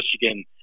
Michigan